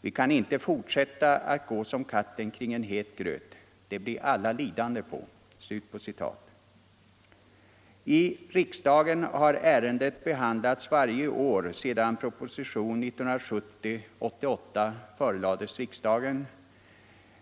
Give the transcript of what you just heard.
Vi kan inte fortsätta att gå som katten kring en het gröt, det blir alla lidande på.” I riksdagen har ärendet behandlats varje år sedan propositionen 1970:88 förelades riksdagen,